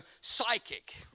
psychic